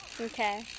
Okay